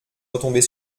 retomber